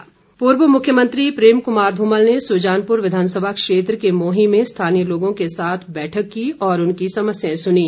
धुमल पूर्व मुख्यमंत्री प्रेम कुमार धूमल ने सुजानपुर विधानसभा क्षेत्र के मोहीं में स्थानीय लोगों के साथ बैठक की और उनकी समस्याएं सुनीं